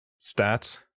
stats